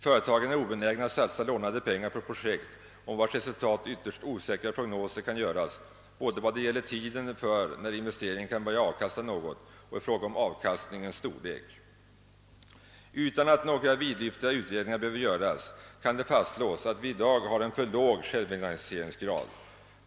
Företagen är obenägna att satsa lånade pengar på projekt om vilkas resultat ytterst osäkra prognoser kan göras både beträffande tiden för när investeringen kan börja avkasta något och i fråga om avkastningens storlek. Utan att några vidlyftiga utredningar behöver göras kan det fastslås att vi i dag har en för låg självfinansieringsgrad.